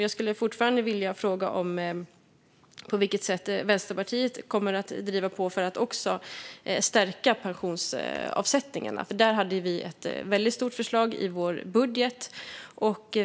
Jag skulle fortfarande vilja fråga på vilket sätt Vänsterpartiet kommer att driva på för att stärka pensionsavsättningarna. Där hade vi ett väldigt stort förslag i vår budget.